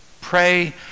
Pray